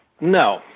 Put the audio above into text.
No